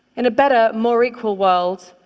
in a better, more equal world,